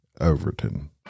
Overton